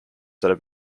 that